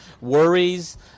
worries